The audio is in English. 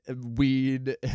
weed